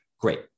Great